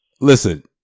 Listen